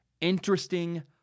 interesting